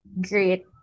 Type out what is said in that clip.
great